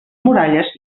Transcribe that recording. muralles